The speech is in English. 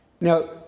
Now